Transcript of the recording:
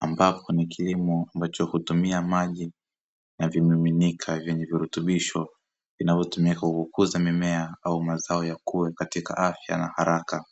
ambapo ni kilimo ambacho hutumia maji na vimiminika vyenye virutubisho, vinavyotumika kukuza mimea au mazao yakue katika afya na haraka.